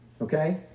okay